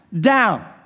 down